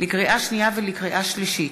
לקריאה שנייה ולקריאה שלישית: